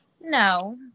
No